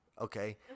okay